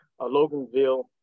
Loganville